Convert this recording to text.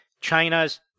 China's